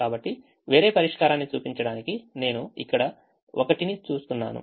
కాబట్టి వేరే పరిష్కారాన్ని చూపించడానికి నేను ఇక్కడ 1ని చూస్తున్నాను